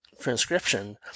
transcription